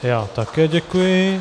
Já také děkuji.